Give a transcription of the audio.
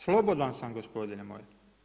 Slobodan sam gospodine moj.